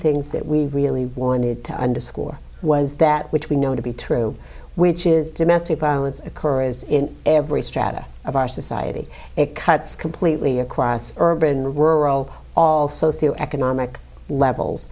things that we really wanted to underscore was that which we know to be true which is domestic violence occur as in every strata of our society it cuts completely urban rural all socio economic levels